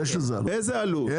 יש, יש.